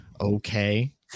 Okay